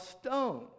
stone